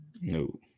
No